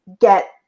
get